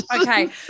Okay